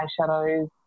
eyeshadows